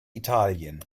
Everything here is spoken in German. italien